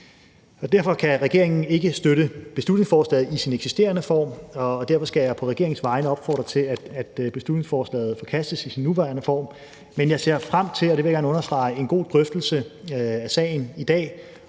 derfor kan regeringen ikke støtte beslutningsforslaget i dets eksisterende form, og derfor skal jeg på regeringens vegne opfordre til, at beslutningsforslaget forkastes. Men jeg ser frem til – og det vil jeg gerne understrege – en god drøftelse af sagen i dag